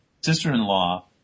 sister-in-law